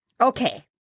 Okay